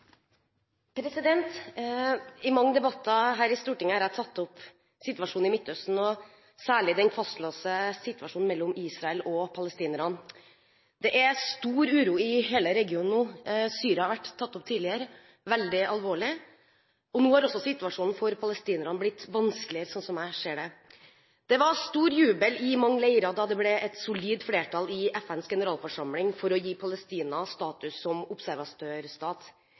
stor uro i hele regionen nå. Syria har vært tatt opp tidligere – det er veldig alvorlig – og nå har også situasjonen for palestinerne blitt vanskeligere, slik jeg ser det. Det var stor jubel i mange leirer da det ble et solid flertall i FNs generalforsamling for å gi Palestina status som observatørstat.